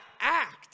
act